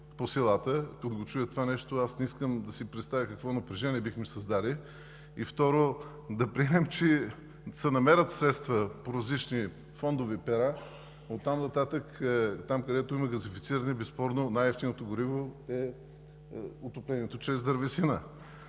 по селата – като чуят това нещо, не искам да си представя какво напрежение бихме създали. Второ, да приемем, че се намерят средства по различни фондови пера, оттам нататък – там, където има газифициране, безспорно най-евтиното гориво е отоплението чрез дървесина.